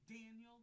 Daniel